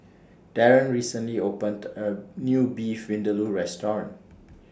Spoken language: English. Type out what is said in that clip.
Darren recently opened A New Beef Vindaloo Restaurant